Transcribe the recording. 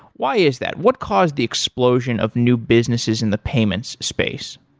why is that? what caused the explosion of new businesses in the payment space?